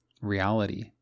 reality